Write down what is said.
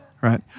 Right